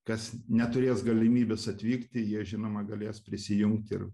kas neturės galimybės atvykti jie žinoma galės prisijungt ir